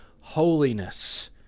holiness